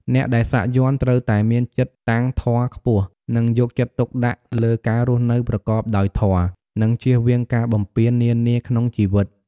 អ្នកដែលសាក់យ័ន្ត ត្រូវតែមានចិត្តតាំងធម៌ខ្ពស់ និងយកចិត្តទុកដាក់ទៅលើការរស់នៅប្រកបដោយ ធម៌ និងជៀសវាងការបំពាននានាក្នុងជីវិត។